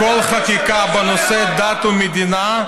שכל חקיקה בנושא דת ומדינה,